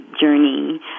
journey